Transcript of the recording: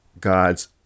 God's